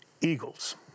Eagles